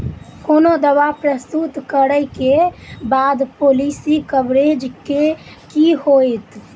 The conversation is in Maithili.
कोनो दावा प्रस्तुत करै केँ बाद पॉलिसी कवरेज केँ की होइत?